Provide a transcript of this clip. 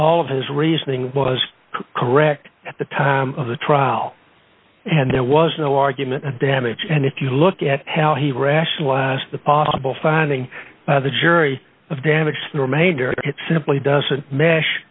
all of his reasoning was correct at the time of the trial and there was no argument and damage and if you look at how he rationalized the possible finding the jury of damaged or made it simply doesn't mesh